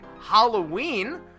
Halloween